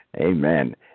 Amen